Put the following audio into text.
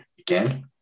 again